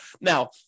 Now